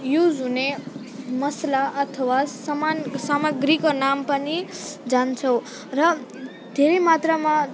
use हुने मसला अथवा समान समाग्रीको नाम पनि जान्छौँ र धेरै मात्रामा